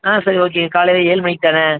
ஆ சரி ஓகே காலையில் ஏழு மணிக்கு தானே